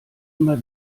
immer